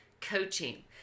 Coaching